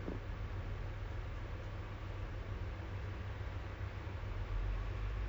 ya considered a luxury ah because you have to have a stable job what you don't know what's gonna happen next right